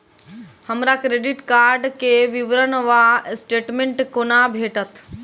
हमरा credit card केँ विवरण वा स्टेटमेंट कोना भेटत?